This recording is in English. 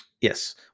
Yes